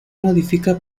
modifica